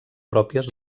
pròpies